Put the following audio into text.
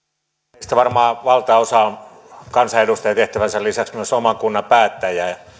meistä varmaan valtaosa on kansanedustajatehtävänsä lisäksi myös oman kunnan päättäjä ja